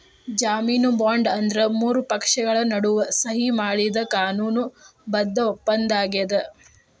ಜಾಮೇನು ಬಾಂಡ್ ಅಂದ್ರ ಮೂರು ಪಕ್ಷಗಳ ನಡುವ ಸಹಿ ಮಾಡಿದ ಕಾನೂನು ಬದ್ಧ ಒಪ್ಪಂದಾಗ್ಯದ